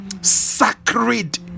sacred